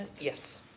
Yes